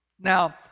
Now